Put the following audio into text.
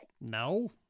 no